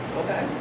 okay